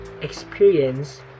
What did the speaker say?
Experience